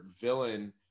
villain